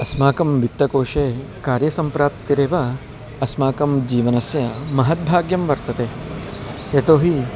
अस्माकं वित्तकोषे कार्यसम्प्राप्तिरेव अस्माकं जीवनस्य महत्भाग्यं वर्तते यतोहि